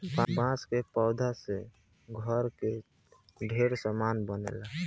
बांस के पौधा से घर के ढेरे सामान बनेला